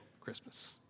Christmas